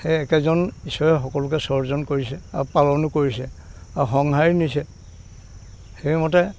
সেই একেজন ইশ্বৰে সকলোকে স্ৰজন কৰিছে আৰু পালনো কৰিছে আৰু সংহাৰী নিছে সেইমতে